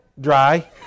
Dry